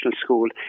School